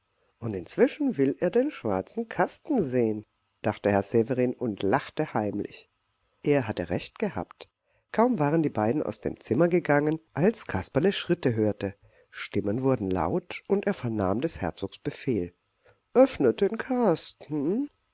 und inzwischen will er in den schwarzen kasten sehen dachte herr severin und lachte heimlich er hatte recht gehabt kaum waren die beiden aus dem zimmer gegangen als kasperle schritte hörte stimmen wurden laut und er vernahm des herzogs befehl öffnet den kasten